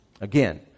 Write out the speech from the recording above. Again